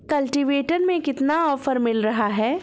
Cultivator में कितना offer मिल रहा है?